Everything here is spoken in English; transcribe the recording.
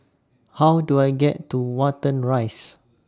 How Do I get to Watten Rise